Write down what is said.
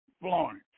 Florence